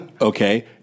Okay